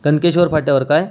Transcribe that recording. कनकेश्वर फाट्यावर काय